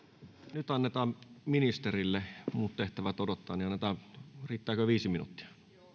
nyt annetaan puheenvuoro ministerille muut tehtävät odottavat riittääkö viisi minuuttia hyvä